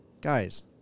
guys